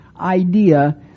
idea